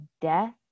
death